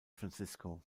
francisco